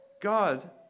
God